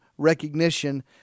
recognition